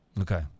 Okay